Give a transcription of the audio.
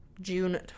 june